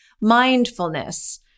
mindfulness